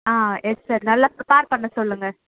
ஆ yes sir நல்லா prepare பண்ண சொல்லுங்க